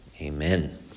Amen